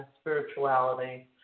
spirituality